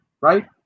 right